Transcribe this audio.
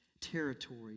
territory